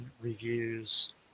reviews